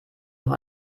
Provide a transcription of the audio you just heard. noch